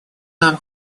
нам